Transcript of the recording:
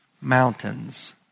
mountains